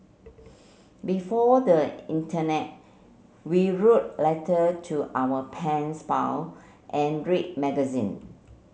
before the internet we wrote letter to our pens pal and read magazine